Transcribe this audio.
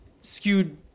skewed